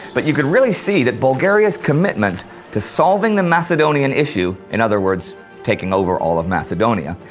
but you could really see that bulgaria's commitment to solving the macedonian issue, in other words taking over all of macedonia,